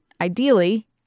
Ideally